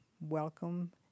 Welcome